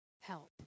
help